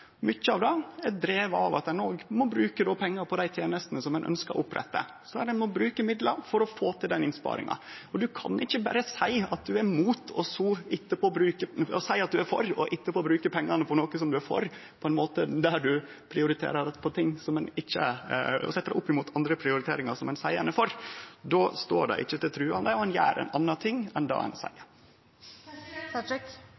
Mykje av det er drive av at ein òg må bruke pengar på dei tenestene som ein ønskjer å opprette. Ein må bruke midlar for å få til den innsparinga. Ein kan ikkje berre seie at ein er for, og så etterpå bruke pengar på noko som ein er for, og setje det opp imot andre prioriteringar som ein seier ein er for. Då står det ikkje til truande, og ein gjer ein annan ting enn det ein